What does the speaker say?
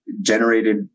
generated